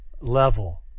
level